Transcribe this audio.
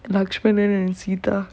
laksmanan and seetha